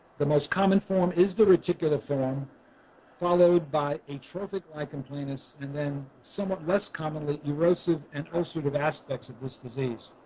the most common form is the four form followed by atrophic lichen planus and then somewhat less commonly, erosive and ulcerative aspects of this disease.